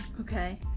okay